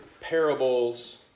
parables